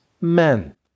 men